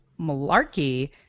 Malarkey